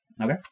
Okay